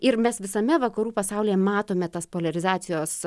ir mes visame vakarų pasaulyje matome tas poliarizacijos